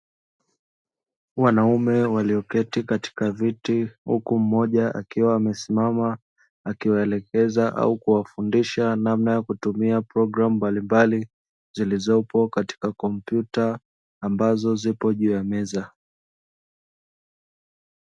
Wanaume walioketi katika viti huku mmoja akiwa amesimama akimwelekeza au kuwafundisha namna ya kutumia programu mbalimbali, zilizopo katika kompyuta ambazo zipo juu ya meza.